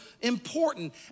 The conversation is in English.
important